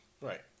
Right